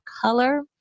Color